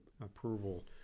approval